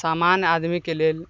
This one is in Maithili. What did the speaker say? समान्य आदमीके लेल